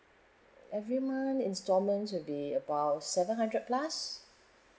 every month instalments will be about seven hundred plus